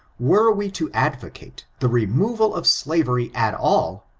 were we to advocate the removal of slavery at all,